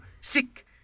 sick